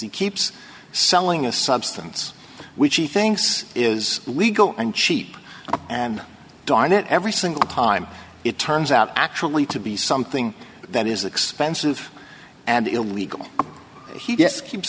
he keeps selling a substance which he thinks is legal and cheap and darn it every single time it turns out actually to be something that is expensive and illegal he just keeps